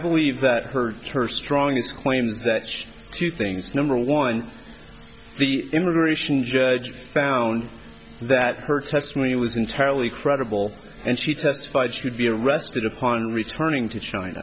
believe that heard her strongest claims that two things number one the immigration judge found that her testimony was entirely credible and she testified should be arrested upon returning to